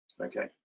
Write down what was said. Okay